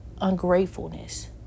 ungratefulness